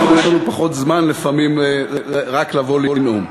יש לנו פחות זמן לפעמים רק לבוא לנאום.